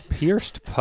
Pierced